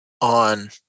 on